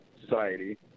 society